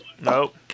Nope